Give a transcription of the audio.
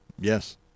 yes